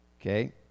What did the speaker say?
Okay